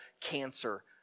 cancer